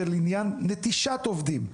לעניין נטישת עובדים.